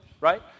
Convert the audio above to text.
right